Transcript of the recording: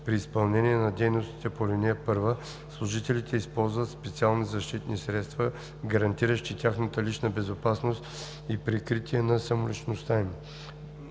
При изпълнение на дейностите по ал. 1, служителите използват специални защитни средства, гарантиращи тяхната лична безопасност и прикритие на самоличността им.